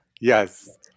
Yes